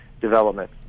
Development